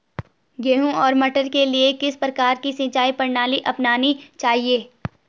गेहूँ और मटर के लिए किस प्रकार की सिंचाई प्रणाली अपनानी चाहिये?